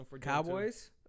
Cowboys